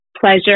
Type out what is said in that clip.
Pleasure